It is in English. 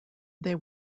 they